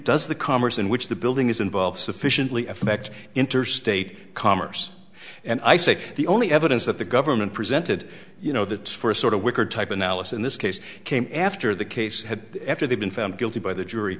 does the commerce in which the building is involved sufficiently affect interstate commerce and i say the only evidence that the government presented you know that for a sort of worker type analysis in this case came after the case had after they've been found guilty by the jury